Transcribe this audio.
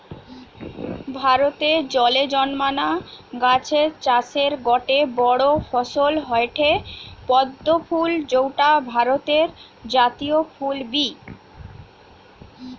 ভারতে জলে জন্মানা গাছের চাষের গটে বড় ফসল হয়ঠে পদ্ম ফুল যৌটা ভারতের জাতীয় ফুল বি